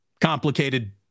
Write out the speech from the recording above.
complicated